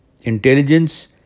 Intelligence